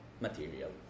material